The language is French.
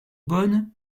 bonne